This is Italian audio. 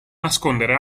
nascondere